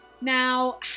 Now